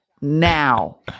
now